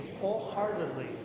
wholeheartedly